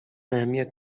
اهمیت